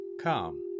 Come